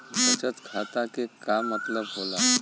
बचत खाता के का मतलब होला?